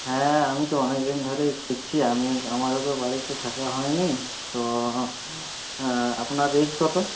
হ্যাঁ আমি তো অনেকদিন ধরেই খুঁজছি আমি আমারও তো বাড়িতে থাকা হয়নি তো আপনার এজ কত